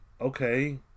okay